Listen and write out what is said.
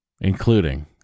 including